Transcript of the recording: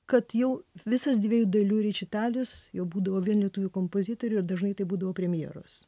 kad jau visas dviejų dalių rečitalis jau būdavo vien lietuvių kompozitorių ir dažnai tai būdavo premjeros